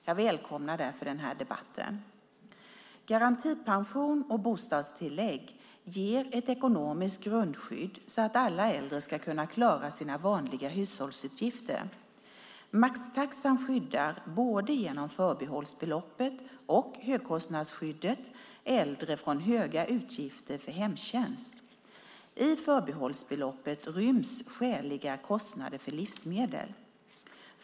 Jag välkomnar därför den här debatten. Garantipension och bostadstillägg ger ett ekonomiskt grundskydd så att alla äldre ska kunna klara sina vanliga hushållsutgifter. Maxtaxan skyddar, både genom förbehållsbeloppet och högkostnadsskyddet, äldre från stora utgifter för hemtjänst. I förbehållsbeloppet ryms skäliga kostnader för livsmedel.